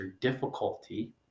difficulty